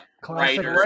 Classic